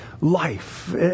life